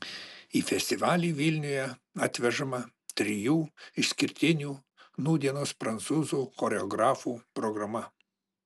į festivalį vilniuje atvežama trijų išskirtinių nūdienos prancūzų choreografų programa